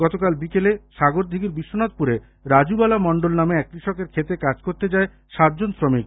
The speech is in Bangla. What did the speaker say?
গতকাল বিকেলে সাগরদিঘীর বিশ্বনাখপুরে রাজুবালা মন্ডল নামের এক কৃষকের ক্ষেতে কাজ করতে যান সাতজন শ্রমিক